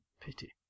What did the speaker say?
pity